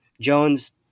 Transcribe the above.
Jones